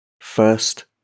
First